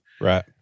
right